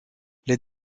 les